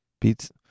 beats